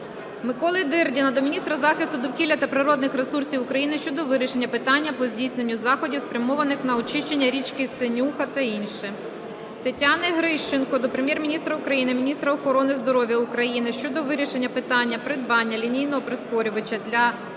Максима Дирдіна до міністра захисту довкілля та природних ресурсів України щодо вирішення питання по здійсненню заходів, спрямованих на очищення річки Синюха та інше. Тетяни Грищенко до Прем'єр-міністра України, міністра охорони здоров'я України щодо вирішення питання придбання лінійного прискорювача для КНП